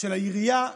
של העירייה,